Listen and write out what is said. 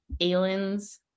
aliens